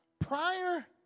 Prior